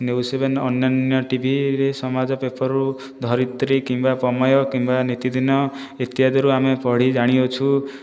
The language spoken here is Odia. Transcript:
ନ୍ୟୁଜ ସେଭେନ ଅନ୍ୟାନ୍ୟ ଟିଭି ସମାଜ ପେପରରୁ ଧରିତ୍ରୀ କିମ୍ବା ପ୍ରମେୟ କିମ୍ବା ନିତିଦିନ ଇତ୍ୟାଦିରୁ ଆମେ ପଢ଼ି ଜାଣିଅଛୁ